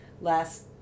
last